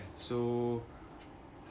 so